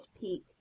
peak